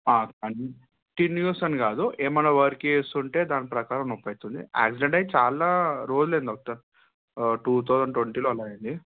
continuous అని కాదు ఏమన్న వర్క్ చేస్తు ఉంటే దాని ప్రకారం నొప్పి అవుతుంది యాక్సిడెంట్ అయి చాలా రోజులు అయింది డాక్టర్ టూ థౌసండ్ ట్వంటీలో అలా అయింది